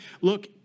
look